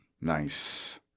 nice